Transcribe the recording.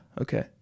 okay